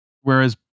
whereas